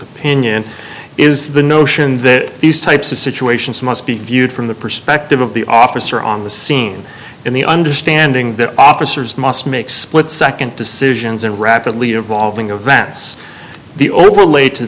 opinion is the notion that these types of situations must be viewed from the perspective of the officer on the scene in the understanding that officers must make split nd decisions and rapidly evolving events the overlay to